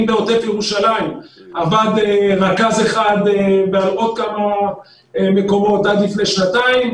אם בעוטף ירושלים עבד רכז אחד ובעוד כמה מקומות עד לפני שנתיים,